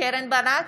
קרן ברק,